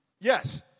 yes